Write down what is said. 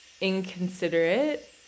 inconsiderate